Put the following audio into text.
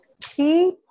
key